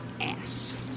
ass